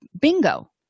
bingo